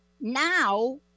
now